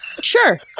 Sure